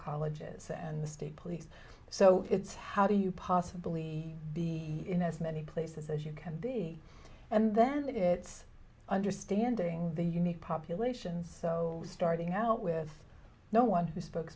colleges and the state police so it's how do you possibly be in as many places as you can be and then that it's understanding the unique population so starting out with no one who spoke